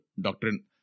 doctrine